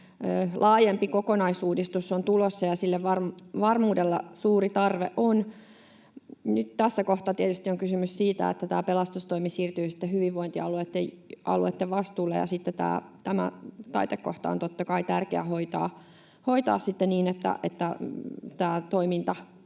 laajempi kokonaisuudistus on tulossa, ja sille varmuudella suuri tarve on. Nyt tässä kohtaa tietysti on kysymys siitä, että tämä pelastustoimi siirtyi hyvinvointialueitten vastuulle, ja sitten tämä taitekohta on, totta kai, tärkeää hoitaa niin, että tämä toiminta